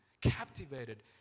captivated